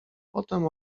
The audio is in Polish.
potem